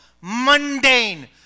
mundane